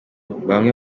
bamwe